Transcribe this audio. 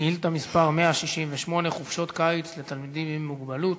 שאילתה מס' 168: חופשת קיץ לתלמידים עם מוגבלות.